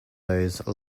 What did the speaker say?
those